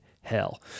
hell